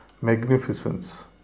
magnificence